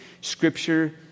scripture